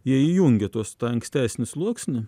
jie įjungia tuos tą ankstesnį sluoksnį